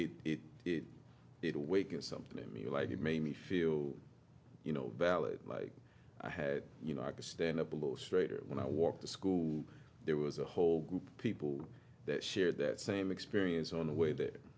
it did it awaken something to me like you made me feel you know ballot like i had you know i could stand up a little straighter when i walked to school there was a whole group of people that share that same experience on the way that